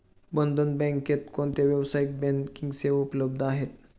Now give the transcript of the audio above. बंधन बँकेत कोणत्या व्यावसायिक बँकिंग सेवा उपलब्ध आहेत?